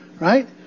right